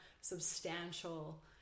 substantial